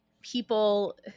people